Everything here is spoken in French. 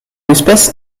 espèce